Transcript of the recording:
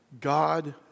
God